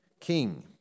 king